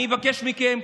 אני מבקש מכם,